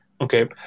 okay